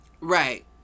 right